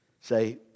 say